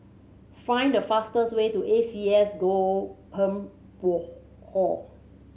find the fastest way to A C S Oldham Hall